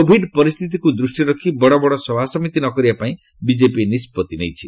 Covid ପରିସ୍ଥିତିକୁ ଦୃଷ୍ଟିରେ ରଖି ବଡ ବଡ ସଭାସମିତି ନକରିବା ପାଇଁ ବିଜେପି ନିଷ୍ପଭି ନେଇଛି